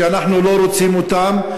שאנחנו לא רוצים אותם.